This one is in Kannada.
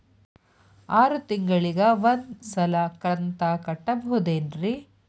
ಆರ ತಿಂಗಳಿಗ ಒಂದ್ ಸಲ ಕಂತ ಕಟ್ಟಬಹುದೇನ್ರಿ?